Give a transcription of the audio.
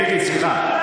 מיקי, סליחה.